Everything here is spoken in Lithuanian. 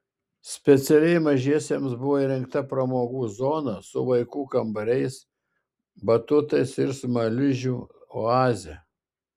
specialiai mažiesiems bus įrengta pramogų zona su vaikų kambariais batutais ir smaližių oaze